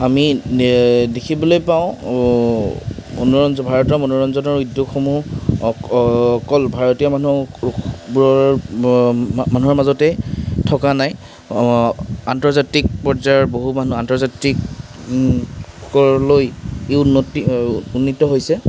আমি দেখিবলৈ পাওঁ মনোৰঞ্জ ভাৰতৰ মনোৰঞ্জনৰ উদ্যোগসমূহ অক অকল ভাৰতীয় মানুহৰ মাজতেই থকা নাই আন্তৰ্জাতিক পৰ্যায়ৰ বহু মানুহ আন্তৰ্জাতিকলৈ উন্নতি উন্নীত হৈছে